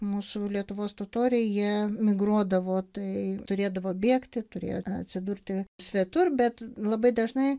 mūsų lietuvos totoriai jie migruodavo tai turėdavo bėgti turėjo atsidurti svetur bet labai dažnai